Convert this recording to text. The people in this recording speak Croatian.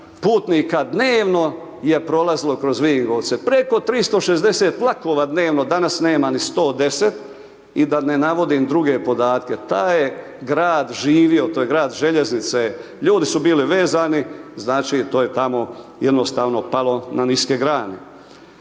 putnika dnevno je prolazilo kroz Vinkovce, preko 360 vlakova dnevno, danas nema ni 110 i da ne navodim druge podatke, taj je grad živio, to je grad željeznice, ljudi su bili vezani, znači, to je tamo jednostavno palo na niske grane.